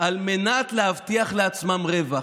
פוגעים בזכויות אזרח,